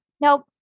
nope